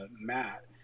matt